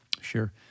Sure